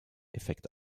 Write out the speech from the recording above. effekt